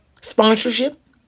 sponsorship